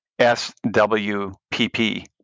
SWPP